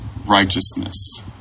Righteousness